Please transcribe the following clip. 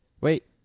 Wait